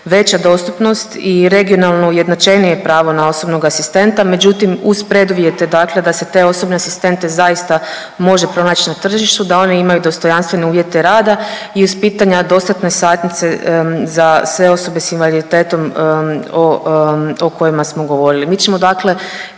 veća dostupnost i regionalno ujednačenije pravo na osobnog asistenta. Međutim, uz preduvjete dakle da se te osobne asistente zaista može pronaći na tržištu, da oni imaju dostojanstvene uvjete rada i uz pitanja dostatne satnice za sve osobe s invaliditetom o kojima smo govorili. Mi ćemo dakle